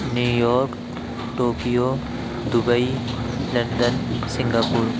new York Tokyo Dubai London Singapore